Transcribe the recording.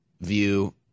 view